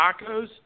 tacos